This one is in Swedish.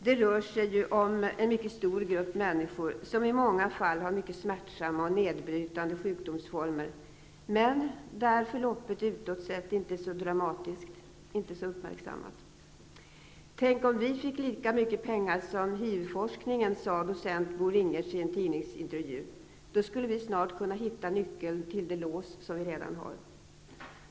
Det rör sig om en mycket stor grupp människor som i många fall har mycket smärtsamma och nedbrytande sjukdomsformer men där förloppet utåt sett inte är så dramatiskt och inte så uppmärksammat. ''Tänk, om vi fick lika mycket pengar som HIV forskningen'', sade docent Bo Ringertz i en tidningsintervju, ''då skulle vi snart kunna hitta nyckeln till det lås som vi redan har.''